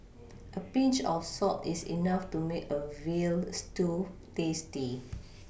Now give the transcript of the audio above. a Pinch of salt is enough to make a veal stew tasty